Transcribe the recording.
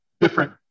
different